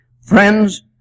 Friends